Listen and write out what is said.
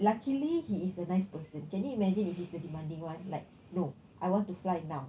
luckily he is a nice person can you imagine if he's the demanding one like no I want to fly now